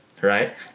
right